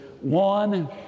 one